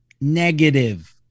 negative